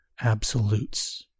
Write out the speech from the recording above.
absolutes